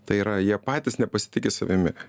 tai yra jie patys nepasitiki savimi